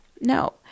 No